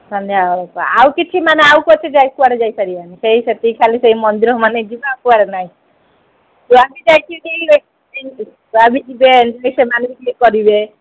ସନ୍ଧ୍ୟାବେଳକୁ ଆଉ କିଛି ମାନେ ଆଉ କୋଉ ଯାଇ ଆଉ କୁଆଡ଼େ ଯାଇପାରିବାନି ସେଇ ସେତିକି ଖାଲି ସେଇ ମନ୍ଦିରମାନେ ଯିବା ଆଉ କୁଆଡ଼େ ନାଇଁ ଛୁଆ ବି ଯାଇକି ବି ଦେଖିକି ଛୁଆ ବି ଯିବେ ଏଞ୍ଜଏ ସେମାନେ ବି କରିବେ